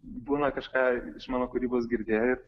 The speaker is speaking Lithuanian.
būna kažką iš mano kūrybos girdėję